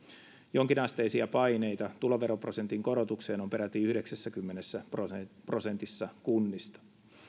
jonkinasteisia paineita tuloveroprosentin korotukseen on peräti yhdeksässäkymmenessä prosentissa kunnista